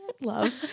Love